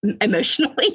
emotionally